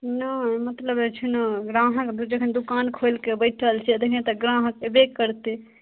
नहि मतलब जे छै ने ग्राहक जखन दोकान खोलिके बैठल छियै तखन तऽ ग्राहक एबे करतय